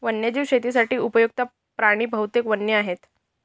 वन्यजीव शेतीसाठी उपयुक्त्त प्राणी बहुतेक वन्य आहेत